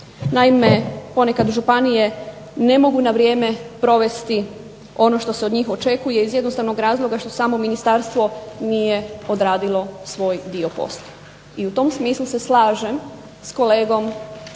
Naime, ponekad županije ne mogu na vrijeme provesti ono što se od njih očekuje iz jednostavnog razloga što samo ministarstvo nije odradilo svoj dio posla. I u tom smislu se slažem s kolegom